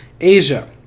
Asia